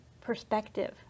perspective